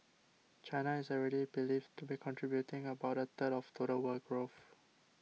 China is already believed to be contributing about a third of total world growth